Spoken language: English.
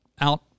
out